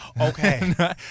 Okay